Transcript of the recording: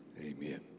Amen